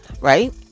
right